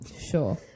Sure